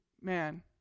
man